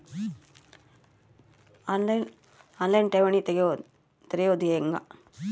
On line ಠೇವಣಿ ತೆರೆಯೋದು ಹೆಂಗ?